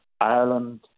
Ireland